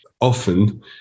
Often